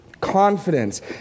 confidence